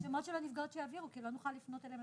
קיי, זה כבר בטיפול, אז אף אחד לא יגיש קובלנה?